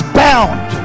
bound